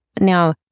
Now